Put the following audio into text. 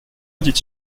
dit